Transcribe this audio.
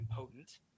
impotent